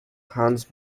hans